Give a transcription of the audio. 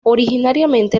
originariamente